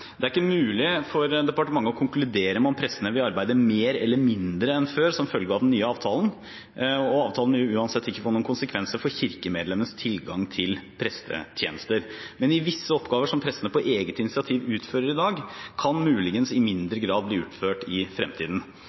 mulig for departementet å konkludere med om prestene vil arbeide mer eller mindre enn før som følge av den nye avtalen, og avtalen vil uansett ikke få noen konsekvenser for kirkemedlemmenes tilgang til prestetjenester. Men visse oppgaver som prestene på eget initiativ utfører i dag, kan muligens i mindre grad bli utført i fremtiden.